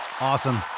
awesome